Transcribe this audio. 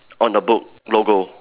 on the book logo